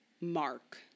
Mark